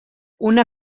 una